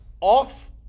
off